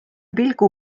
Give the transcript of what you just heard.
pilgu